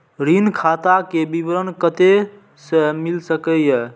ऋण खाता के विवरण कते से मिल सकै ये?